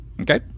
Okay